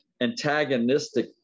antagonistic